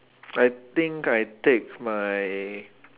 I think I take my